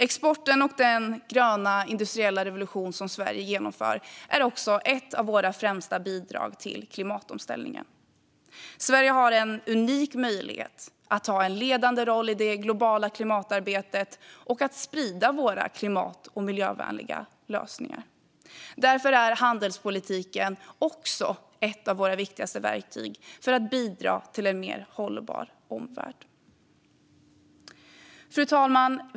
Exporten och den gröna industriella revolution som Sverige genomför är även ett par av våra främsta bidrag till klimatomställningen. Sverige har en unik möjlighet att ta en ledande roll i det globala klimatarbetet och att sprida våra klimat och miljövänliga lösningar. Därför är handelspolitiken också ett av våra viktigaste verktyg för att bidra till en mer hållbar omvärld. Fru talman!